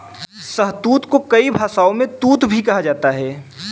शहतूत को कई भाषाओं में तूत भी कहा जाता है